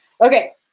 Okay